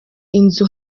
inzu